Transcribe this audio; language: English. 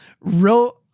wrote